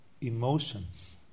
emotions